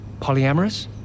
Polyamorous